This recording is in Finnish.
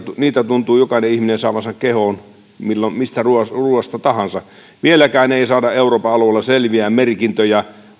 niitä tuntuu jokainen ihminen saavan kehoon mistä ruoasta ruoasta tahansa vieläkään ei saada euroopan alueella ruokapakkauksiin selviä merkintöjä